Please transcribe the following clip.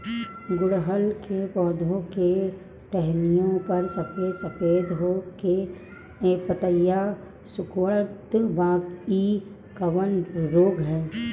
गुड़हल के पधौ के टहनियाँ पर सफेद सफेद हो के पतईया सुकुड़त बा इ कवन रोग ह?